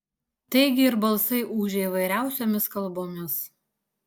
taigi ir balsai ūžė įvairiausiomis kalbomis